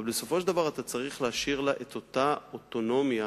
אבל בסופו של דבר אתה צריך להשאיר לה את אותה אוטונומיה